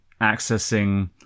accessing